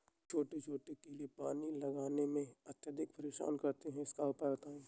छोटे छोटे कीड़े पानी लगाने में अत्याधिक परेशान करते हैं इनका उपाय बताएं?